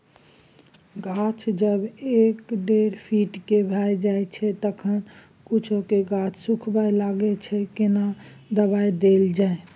गाछ जब एक डेढ फीट के भ जायछै तखन कुछो गाछ सुखबय लागय छै केना दबाय देल जाय?